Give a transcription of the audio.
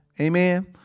Amen